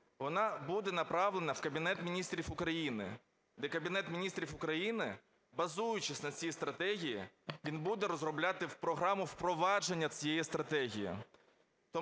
вона буде направлена в Кабінет Міністрів України, де Кабінет Міністрів України, базуючись на цій стратегії, буде розробляти програму впровадження цієї стратегії.